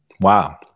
Wow